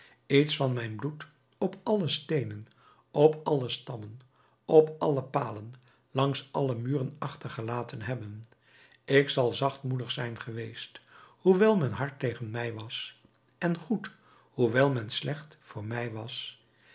iets van mijn bloed op alle steenen op alle stammen op alle palen langs alle muren achtergelaten hebben ik zal zachtmoedig zijn geweest hoewel men hard tegen mij was en goed hoewel men slecht voor mij was